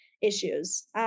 issues